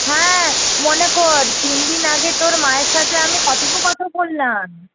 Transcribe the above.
হ্যাঁ মনে কর তিনদিন আগে তোর মায়ের সাথে আমি কথোপকথন করলাম